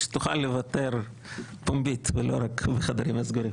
כדי שתוכל לוותר פומבית ולא רק בחדרים הסגורים.